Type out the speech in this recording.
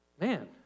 Man